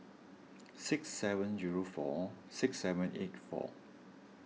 six seven zero four six seven eight four